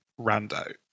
Rando